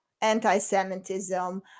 anti-Semitism